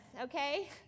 Okay